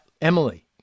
Emily